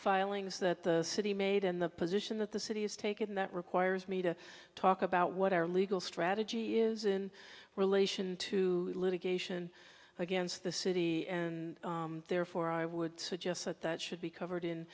filings that the city made and the position that the city has taken that requires me to talk about what our legal strategy is in relation to litigation against the city and therefore i would suggest that that should be covered in